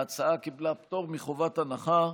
ההצעה קיבלה פטור מחובת הנחה.